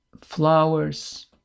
flowers